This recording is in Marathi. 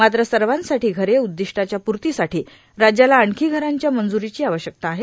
मात्र सर्वांसाठी घरे उद्दिष्टाच्या पूर्तीसाठी राज्याला आणखी घरांच्या मंज्रीची आवश्यकता आहे